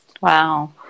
Wow